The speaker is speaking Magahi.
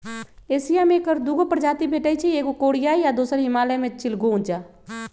एशिया में ऐकर दू गो प्रजाति भेटछइ एगो कोरियाई आ दोसर हिमालय में चिलगोजा